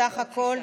סך הכול: